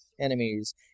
enemies